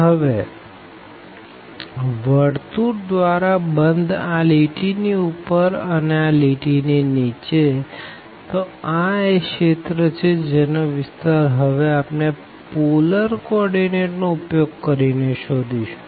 હવે સર્કલ દ્વારા બંધ આ લાઈન ની ઉપર અને આ લાઈન ની નીચેતો આ એ શેત્ર છે જેનો વિસ્તાર આપણે હવે પોલર કો ઓર્ડીનેટ નો ઉપયોગ કરી ને શોધીશું